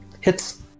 Hits